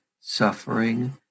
suffering